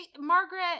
Margaret